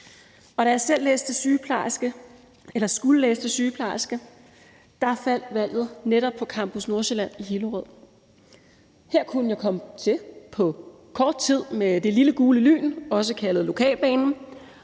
Da jeg selv skulle læse til sygeplejerske, faldt valget netop også på Campus Nordsjælland i Hillerød. For jeg kunne komme dertil på kort tid med det lille gule lyn, også kaldet lokalbanen,